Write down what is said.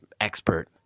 expert